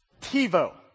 TiVo